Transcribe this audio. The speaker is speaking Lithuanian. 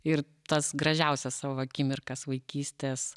ir tas gražiausias savo akimirkas vaikystės